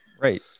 Right